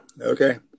Okay